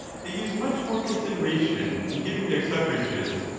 they use much more consideration in giving their suffrages,